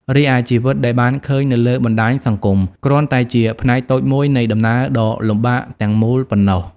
រីឯ ជីវិតដែលបានឃើញនៅលើបណ្តាញសង្គម គ្រាន់តែជាផ្នែកតូចមួយនៃដំណើរដ៏លំបាកទាំងមូលប៉ុណ្ណោះ។